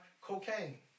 cocaine